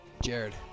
Jared